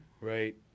Right